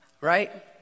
right